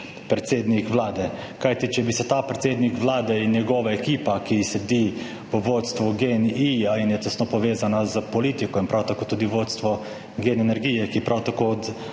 predsednik Vlade. Če bi se ta predsednik Vlade in njegova ekipa, ki sedi v vodstvu GEN-I in je tesno povezana s politiko, prav tako tudi vodstvo Gen Energije, ki je prav tako